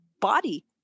body